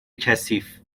کثیف